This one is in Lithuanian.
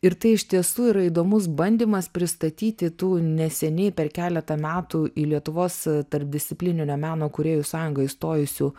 ir tai iš tiesų yra įdomus bandymas pristatyti tų neseniai per keletą metų į lietuvos tarpdisciplininio meno kūrėjų sąjungą įstojusių